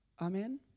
Amen